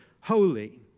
holy